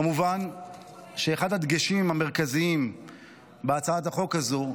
כמובן שאחד הדגשים המרכזיים בהצעת החוק הזאת,